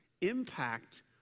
impact